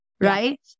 right